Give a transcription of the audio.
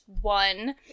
one